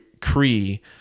Cree